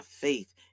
faith